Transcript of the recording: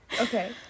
Okay